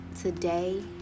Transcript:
today